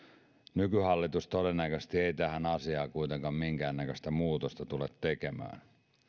nykyhallitus todennäköisesti ei tähän asiaan kuitenkaan minkäännäköistä muutosta tule tekemään